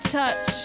touch